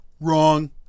Wrong